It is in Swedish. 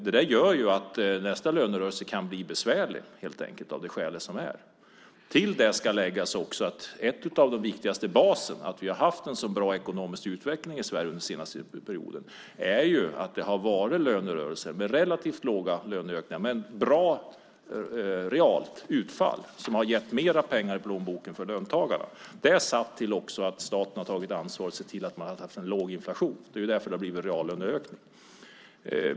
Det gör att nästa lönerörelse helt enkelt kan bli besvärlig. Till det ska läggas att en av de viktigaste baserna för att vi har haft en så bra ekonomisk utveckling i Sverige under den senaste perioden är att det har varit lönerörelser med relativt låga löneökningar men bra realt utfall som har gett mer pengar i plånboken för löntagarna. Staten har också tagit ansvar och sett till att man har haft en låg inflation. Det är därför det har blivit reallöneökningar.